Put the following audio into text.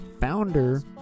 founder